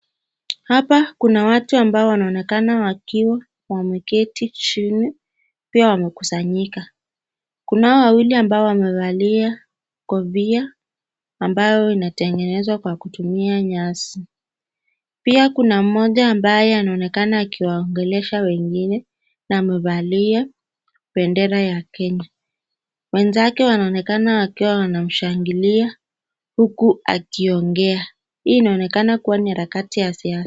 Hapa kuna watu ambao wanaonekana wakiwa wameketi chini pia wamekusanyika. Kuna wawili ambao wamevaa kofia ambayo inatengenezwa kwa kutumia nyasi. Pia kuna mmoja ambaye anaonekana akiwaongelesha wengine na amevalia bendera ya Kenya. Wenzake wanaonekana wakiwa wanashangilia huku akiongea. Hii inaonekana kuwa ni harakati za siasa.